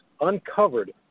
Uncovered